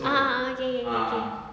ah ah ah okay okay okay